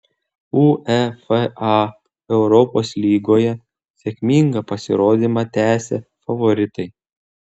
uefa europos lygoje sėkmingą pasirodymą tęsia favoritai